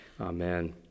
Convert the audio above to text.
Amen